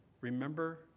remember